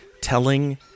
telling